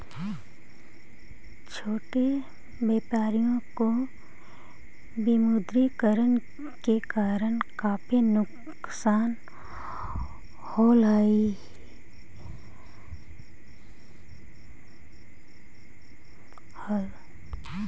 छोटे व्यापारियों को विमुद्रीकरण के कारण काफी नुकसान होलई हल